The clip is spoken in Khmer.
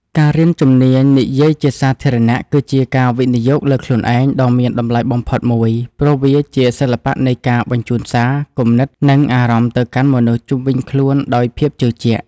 ការរៀនជំនាញនិយាយជាសាធារណៈ គឺជាការវិនិយោគលើខ្លួនឯងដ៏មានតម្លៃបំផុតមួយ ព្រោះវាជាសិល្បៈនៃការបញ្ជូនសារ គំនិត និងអារម្មណ៍ទៅកាន់មនុស្សជុំវិញខ្លួនដោយភាពជឿជាក់។